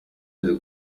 avuga